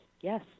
Yes